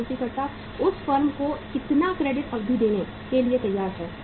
आपूर्तिकर्ता उस फर्म को कितना क्रेडिट अवधि देने के लिए तैयार है